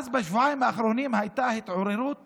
בשבועיים האחרונים הייתה התעוררות